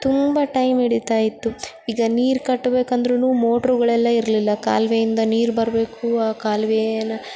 ತುಂಬ ಟೈಮ್ ಹಿಡಿತಾ ಇತ್ತು ಈಗ ನೀರು ಕಟ್ಟಬೇಕಂದ್ರೂ ಮೋಟ್ರುಗಳೆಲ್ಲ ಇರಲಿಲ್ಲ ಕಾಲುವೆಯಿಂದ ನೀರು ಬರಬೇಕು ಆ ಕಾಲುವೆನ್ನ